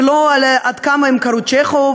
ולא עד כמה הם קראו צ'כוב,